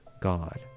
God